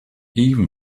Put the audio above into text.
even